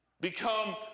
become